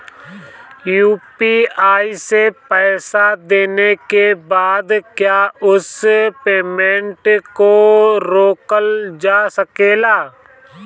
UPI से पईसा देने के बाद क्या उस पेमेंट को रोकल जा सकेला?